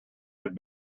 had